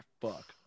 Fuck